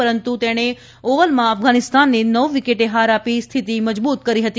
પરંતુ તેણે ઓવલમાં અફઘાનિસ્તાનને નવ વિકેટે હાર આપી સ્થિતિ મજબૂત કરી હતી